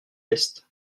est